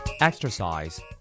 Exercise